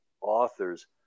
authors